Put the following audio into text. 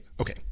okay